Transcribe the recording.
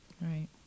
Right